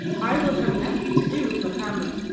i will have nothing to do with lakamba.